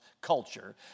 culture